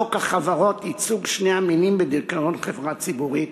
חוק החברות (ייצוג בני שני המינים בדירקטוריון חברה ציבורית),